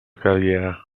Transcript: carriera